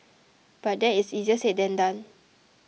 but that is easier said than done